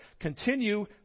continue